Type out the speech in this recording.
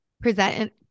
present